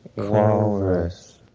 walrus.